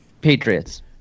Patriots